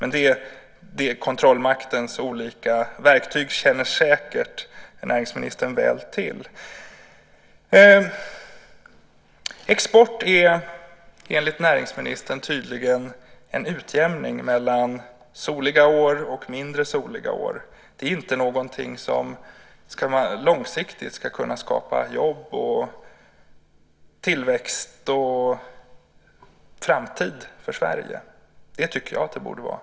Näringsministern känner säkert väl till kontrollmaktens olika verktyg. Export är enligt näringsministern tydligen en utjämning mellan soliga år och mindre soliga år. Det är inte någonting som långsiktigt ska kunna skapa jobb, tillväxt och framtid för Sverige. Det tycker jag att det borde vara.